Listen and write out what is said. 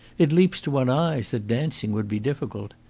it leaps to one's eyes that dancing would be difficult.